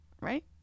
right